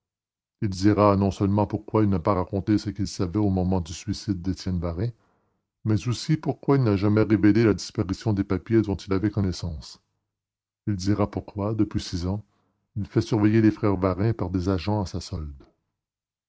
il dira non seulement pourquoi il n'a pas raconté ce qu'il savait au moment du suicide d'étienne varin mais aussi pourquoi il n'a jamais révélé la disparition des papiers dont il avait connaissance il dira pourquoi depuis six ans il fait surveiller les frères varin par des agents à sa solde